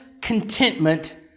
contentment